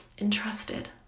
Entrusted